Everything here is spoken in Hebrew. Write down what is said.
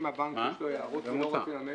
אם הבנק יש לו הערות והוא לא רוצה לממש,